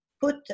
put